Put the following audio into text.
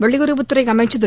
வெளியுறவுத்துறை அமைச்சர் திரு